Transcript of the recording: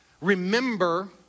remember